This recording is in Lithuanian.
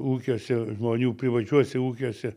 ūkiuose žmonių privačiuose ūkiuose